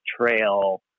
trail